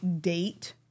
date